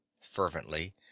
fervently